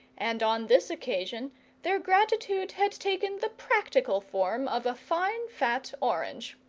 and on this occasion their gratitude had taken the practical form of a fine fat orange,